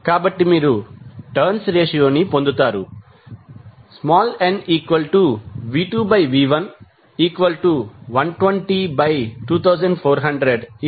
కాబట్టి మీరు turns ratio ని పొందుతారు nV2V112024000